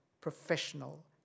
Professional